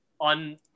on